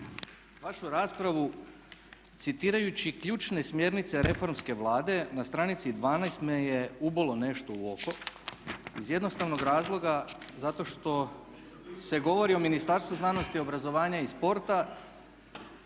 vašu raspravu citirajući ključne smjernice reformske Vlade na str. 12 me je ubolo nešto u oko iz jednostavnog razloga zato što se govori o Ministarstvu znanosti, obrazovanja i sporta